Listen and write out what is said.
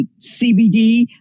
CBD